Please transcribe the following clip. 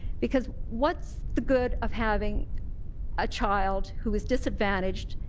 because what's the good of having a child who is disadvantaged,